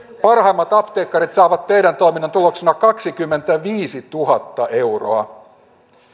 parhaimmat apteekkarit saavat teidän toimintanne tuloksena kaksikymmentäviisituhatta euroa